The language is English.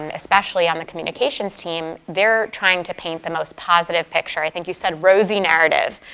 and especially on the communications team, they're trying to paint the most positive picture. i think you said rosy narrative,